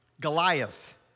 Goliath